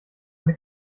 eine